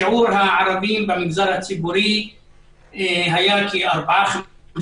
שיעור הערבים במגזר הציבורי היה כ-4%-5%.